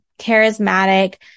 charismatic